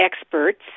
experts